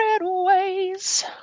ways